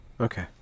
okay